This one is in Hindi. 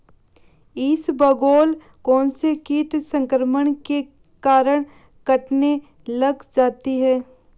इसबगोल कौनसे कीट संक्रमण के कारण कटने लग जाती है?